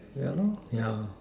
yeah lor yeah